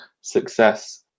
success –